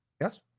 Yes